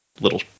little